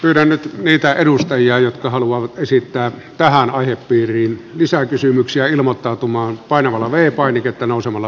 löytänyt niitä edustajia jotka haluavat esittää tähän aihepiiriin lisää kysymyksiä ilmottautumaan painamalla vei painiketta lukien